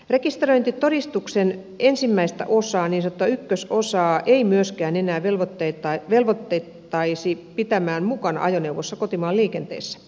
rekisteröintitodistuksen ensimmäistä osaa niin sanottua ykkösosaa ei myöskään enää velvoitettaisi pitämään mukana ajoneuvossa kotimaan liikenteessä